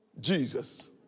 Jesus